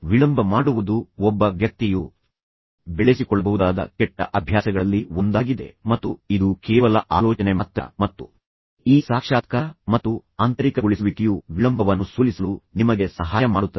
ವಿಳಂಬ ಮಾಡುವುದು ಒಬ್ಬ ವ್ಯಕ್ತಿಯು ಬೆಳೆಸಿಕೊಳ್ಳಬಹುದಾದ ಕೆಟ್ಟ ಅಭ್ಯಾಸಗಳಲ್ಲಿ ಒಂದಾಗಿದೆ ಮತ್ತು ಇದು ಕೇವಲ ಆಲೋಚನೆ ಮಾತ್ರ ಮತ್ತು ಈ ಸಾಕ್ಷಾತ್ಕಾರ ಮತ್ತು ಆಂತರಿಕಗೊಳಿಸುವಿಕೆಯು ವಿಳಂಬವನ್ನು ಸೋಲಿಸಲು ನಿಮಗೆ ಸಹಾಯ ಮಾಡುತ್ತದೆ